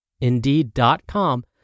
Indeed.com